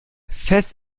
fest